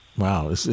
Wow